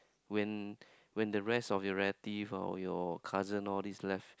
when when the rest of your relative or your cousins all these left